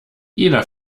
jeder